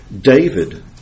David